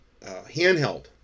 handheld